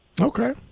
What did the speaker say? Okay